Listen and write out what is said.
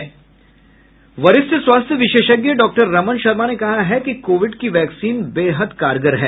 वरिष्ठ स्वास्थ्य विशेषज्ञ डॉक्टर रमन शर्मा ने कहा है कि कोविड की वैक्सीन बेहद कारगर है